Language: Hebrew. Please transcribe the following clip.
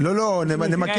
לא, לא, נמקד.